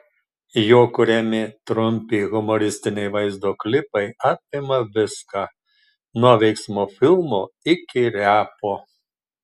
jo kuriami trumpi humoristiniai vaizdo klipai apima viską nuo veiksmo filmo iki repo